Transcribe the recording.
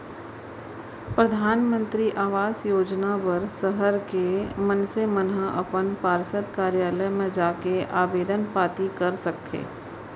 परधानमंतरी आवास योजना बर सहर के मनसे मन ह अपन पार्षद कारयालय म जाके आबेदन पाती कर सकत हे